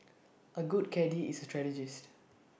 A good caddie is A strategist